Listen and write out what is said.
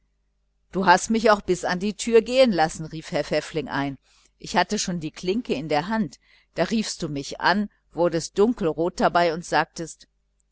du hast mich auch bis an die türe gehen lassen fiel herr pfäffling ein ich hatte schon die klinke in der hand da riefst du mich an wurdest dunkelrot dabei und sagtest